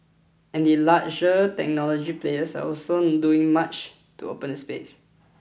and larger technology players are also doing much to open the space